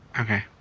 okay